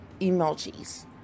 emojis